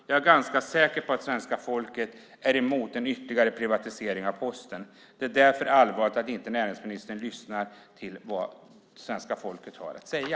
Jag är ganska säker på att svenska folket är emot en ytterligare privatisering av Posten. Det är därför allvarligt att inte näringsministern lyssnar till vad svenska folket har att säga.